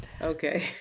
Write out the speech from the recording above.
Okay